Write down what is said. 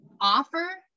Offer